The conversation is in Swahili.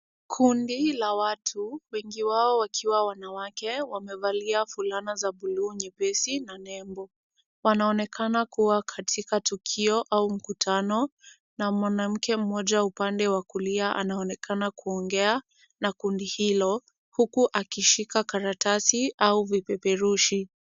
Kundi la watu wengi wao wakiwa wanawake wamevalia fulana za buluu nyepesi na nembo. Wanaonekana kuwa kwenye tukio au mkutano, na mwanamke mmoja upande wa kulia anaonekana kuongea na kundi hilo, huku akishika karatasi au vipeperushi.